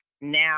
now